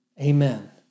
Amen